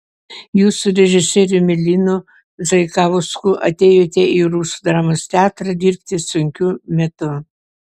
jūs su režisieriumi linu zaikausku atėjote į rusų dramos teatrą dirbti sunkiu metu